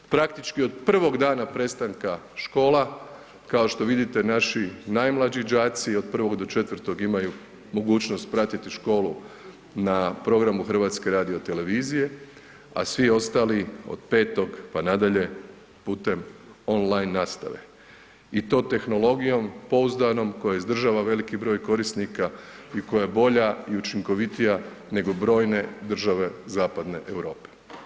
Praktički, od prvog dana prestanka škola, kao što vidite naši najmlađi đaci od 1. do 4. imaju mogućnost pratiti školu na programu HRT-a, a svi ostali od 5., pa nadalje, putem on line nastave i to tehnologijom pouzdanom koja izdržava veliki broj korisnika i koja je bolja i učinkovitija nego brojne države zapadne Europe.